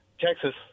Texas